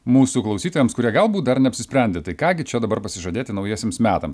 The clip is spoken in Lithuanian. mūsų klausytojams kurie galbūt dar neapsisprendė tai ką gi čia dabar pasižadėti naujiesiems metams